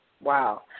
wow